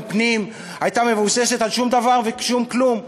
פנים הייתה מבוססת על שום דבר ושום כלום,